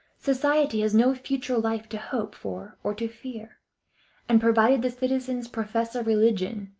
society has no future life to hope for or to fear and provided the citizens profess a religion,